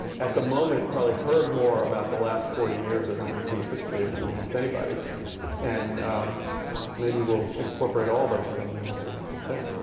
at the moment, probably heard more about the last forty years of and like mit's history than almost anybody and maybe will incorporate all those things in what she has to say.